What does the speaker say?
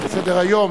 אנחנו נשנה את הסדר.